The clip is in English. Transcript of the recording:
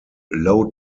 low